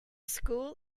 school